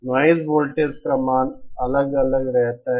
noise voltage का मान अलग अलग रहता है